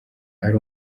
ari